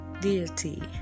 deity